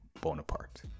Bonaparte